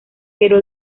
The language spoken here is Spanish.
pero